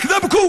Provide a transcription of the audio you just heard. (אומר בערבית: